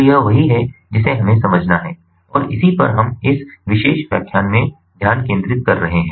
तो यह वही है जिसे हमें समझना है और इसी पर हम इस विशेष व्याख्यान में ध्यान केंद्रित कर रहे हैं